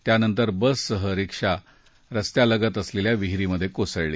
त्यानंतर बससह रीक्षा रस्त्यालगत असलेल्या विहिरीत कोसळली